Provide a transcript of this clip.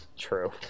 true